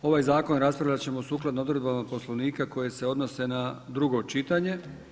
Ovaj zakon raspravljat ćemo sukladno odredbama Poslovnika koje se odnose na drugo čitanje.